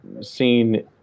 seen